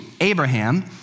Abraham